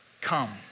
come